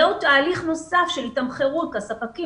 יהיה עוד תהליך נוסף של תמחור כי הספקים,